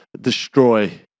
destroy